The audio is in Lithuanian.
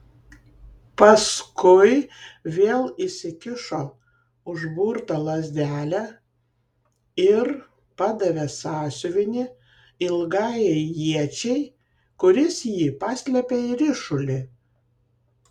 paskui vėl įsikišo užburtą lazdelę ir padavė sąsiuvinį ilgajai iečiai kuris jį paslėpė į ryšulį